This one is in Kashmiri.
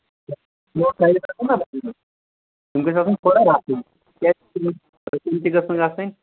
تِم گٔژھۍ تِم تہِ گژھن گَژھٕنۍ